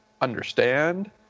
understand